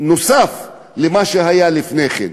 נוסף על מה שהיה לפני כן.